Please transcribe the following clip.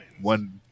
One